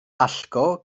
allgo